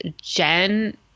Jen